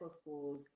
schools